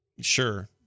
sure